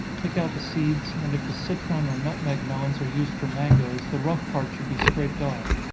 take out the seeds, and if the citron or nutmeg melons are used for mangoes, the rough part should be scraped off.